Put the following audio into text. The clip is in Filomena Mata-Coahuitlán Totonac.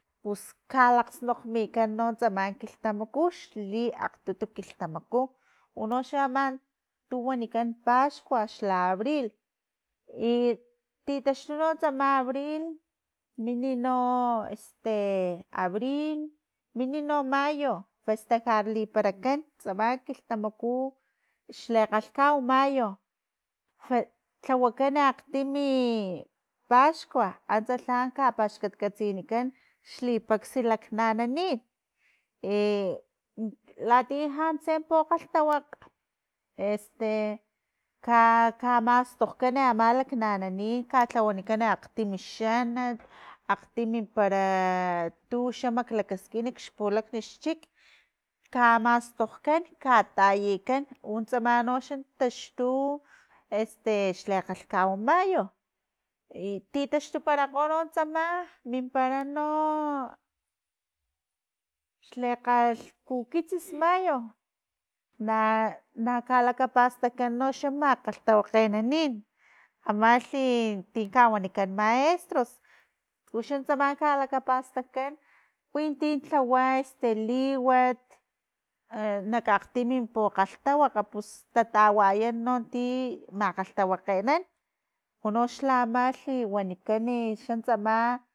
Pus kalakgsnokgmikan tsama kilhtamaku xli akgtutu kilhtamaku unoxa ama tu wanikan paxkua xla abril, i titaxtu no tsama abril i mini no abril mini no mayo, festejar liparakan tsama kilhtamaku xle kgalhkau mayo, lhawakan akgtimi paskua antsa lha paxkatkatsinikan xlipaksa laknananin latiya lhantse pokgalhtawakg ka- ka mastokgkan ama laknananin i katlawanikan akgtimi xanat akgtimi para tuxa maklakaskini xpulakni xchik kamastokgkan katayikan untsamanoxa taxtu xle kgalhkau mayo, ititaxtuparakgo xa tsama mimpara no xlekgalhkukitsis mayo na- nakalakapastakan xa makgalhtawakgenanin amalhi ti kawanikan maestros uxan tsama kalakapastajkan winti lhawa este liwat e nakakgtimi pukgalhtawakg pus tatawayan non ti makgalhtawakgenan unoxla amalhi wanikan xa tsama